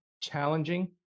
challenging